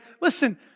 Listen